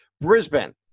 Brisbane